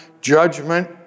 judgment